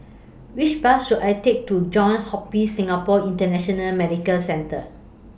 Which Bus should I Take to Johns Hopkins Singapore International Medical Centre